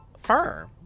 firm